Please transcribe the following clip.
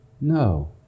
No